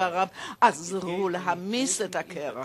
דבריו עזרו להמס את הקרח,